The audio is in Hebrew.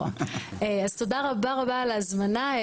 תודה רבה, רבה על ההזמנה.